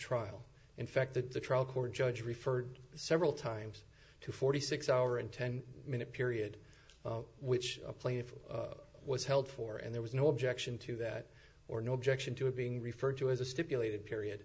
trial in fact that the trial court judge referred several times to forty six hour and ten minute period which a plaintiff was held for and there was no objection to that or no objection to it being referred to as a stipulated period